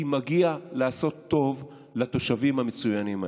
כי מגיע לעשות טוב לתושבים המצוינים האלה,